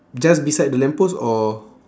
just beside the lamp post or